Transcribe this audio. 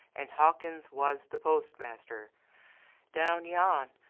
and hawkins was the postmaster down yon,